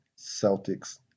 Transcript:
Celtics